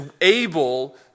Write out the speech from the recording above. able